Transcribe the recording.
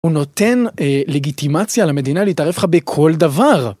הוא נותן לגיטימציה למדינה להתערב לך בכל דבר.